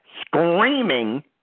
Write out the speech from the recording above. screaming